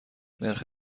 نرخ